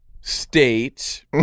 state